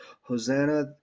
Hosanna